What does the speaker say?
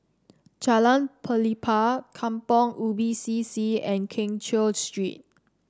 Jalan Pelepah Kampong Ubi C C and Keng Cheow Street